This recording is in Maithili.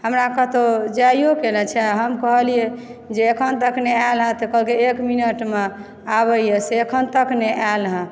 हमरा कतौ जाइयोके नहि छै हम कहलियै जे एखन तक नहि आयल हँ तऽ कहलकै एक मिनटमे आबैयासे एखन तक नहि आयल हँ